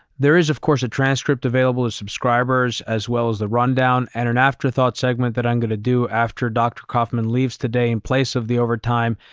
there is of course, a transcript available to subscribers as well as the rundown and an afterthought segment that i'm going to do after dr. koffman leaves today in place of the overtime.